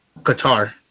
Qatar